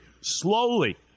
slowly